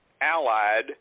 allied